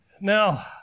Now